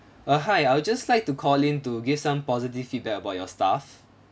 ah hi I would just like to call in to give some positive feedback about your staff